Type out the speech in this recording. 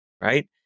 right